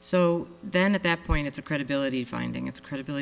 so then at that point it's a credibility finding its credibility